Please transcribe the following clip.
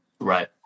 Right